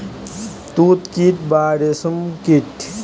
তুত কীট বা রেশ্ম কীট